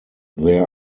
there